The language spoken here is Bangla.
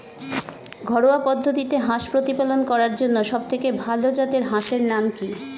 ঘরোয়া পদ্ধতিতে হাঁস প্রতিপালন করার জন্য সবথেকে ভাল জাতের হাঁসের নাম কি?